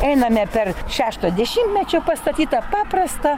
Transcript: einame per šešto dešimtmečio pastatytą paprastą